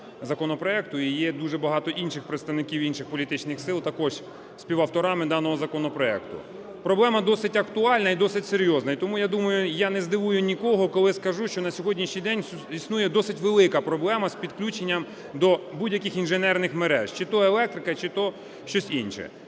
І є дуже багато інших представників інших політичних сил також співавторами даного законопроекту. Проблема досить актуальна і досить серйозна. І тому я думаю, я не здивую нікого, коли скажу, що на сьогоднішній день існує досить велика проблема з підключенням до будь-яких інженерних мереж, чи то електрика, чи то щось інше..